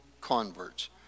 converts